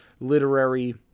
literary